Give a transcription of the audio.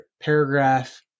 paragraph